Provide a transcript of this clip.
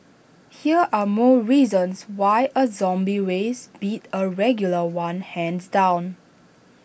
here are more reasons why A zombie race beat A regular one hands down